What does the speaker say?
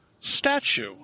statue